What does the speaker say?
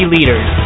Leaders